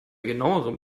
genauerem